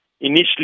initially